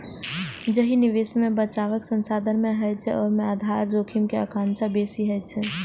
जाहि निवेश मे बचावक साधन नै होइ छै, ओय मे आधार जोखिम के आशंका बेसी होइ छै